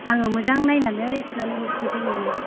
आङो मोजां नायनानै सुनानै हरफिनसै नोंनो